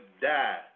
die